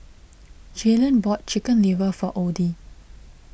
Jaylan bought Chicken Liver for Oddie